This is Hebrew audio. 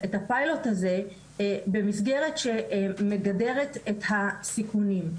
את הפיילוט הזה במסגרת שמגדרת את הסיכונים.